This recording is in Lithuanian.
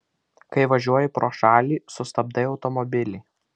kai važiuoji pro šalį sustabdai automobilį